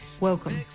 welcome